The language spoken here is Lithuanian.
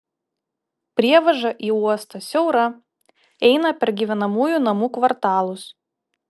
prievaža į uostą siaura eina per gyvenamųjų namų kvartalus